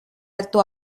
alto